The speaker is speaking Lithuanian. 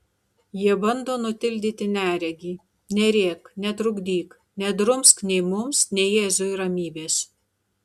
jie bando nutildyti neregį nerėk netrukdyk nedrumsk nei mums nei jėzui ramybės